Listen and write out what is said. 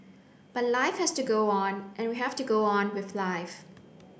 but life has to go on and we have to go on with life